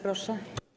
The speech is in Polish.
Proszę.